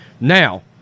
Now